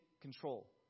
control